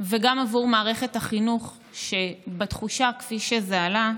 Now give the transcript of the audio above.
וגם עבור מערכת החינוך, שבתחושה, כפי שזה עלה,